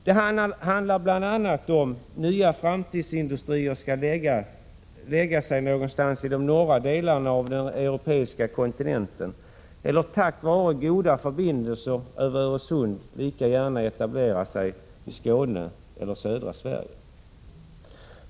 Det handlar bl.a. om huruvida nya framtidsindustrier skall placera sig någonstans i de norra delarna av den europeiska kontinenten eller om de, tack vare goda förbindelser över Öresund, lika gärna kan etablera sig i Skåne eller södra Sverige.